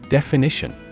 Definition